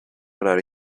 orar